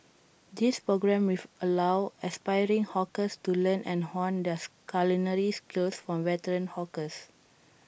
this programme with allow aspiring hawkers to learn and hone their culinary skills from veteran hawkers